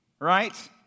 right